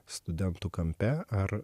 studentų kampe ar